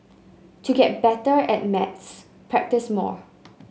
to get better at maths practise more